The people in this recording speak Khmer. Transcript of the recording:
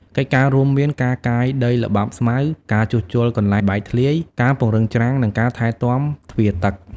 កិច្ចការរួមមាន ការកាយដីល្បាប់ស្មៅ ការជួសជុលកន្លែងបែកធ្លាយ ការពង្រឹងច្រាំង និងការថែទាំទ្វារទឹក។